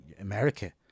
america